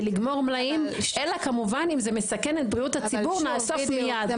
לגמור מלאים אלא כמובן אם זה מסכן את בריאות הציבור נאסוף מייד.